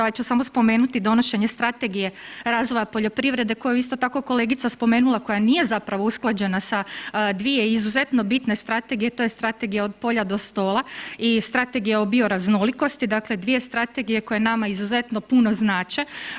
Ja ću samo spomenuti donošenje Strategije razvoja poljoprivrede koju je isto tako kolegica spomenula koja nije usklađena sa dvije izuzetno bitne strategije to je Strategija od polja do stola i Strategija o bioraznolikosti, dakle dvije strategije koje nama izuzetno puno znače.